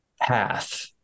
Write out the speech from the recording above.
path